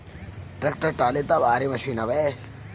tractor trolley तअ भारी machine हवे